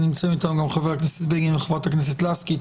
נמצאים אתנו היום חבר הכנסת בגין וחברת הכנסת לסקי,